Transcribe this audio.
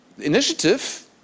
initiative